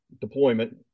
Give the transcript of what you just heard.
deployment